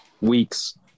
Weeks